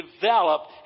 develop